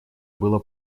было